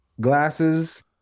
glasses